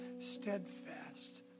steadfast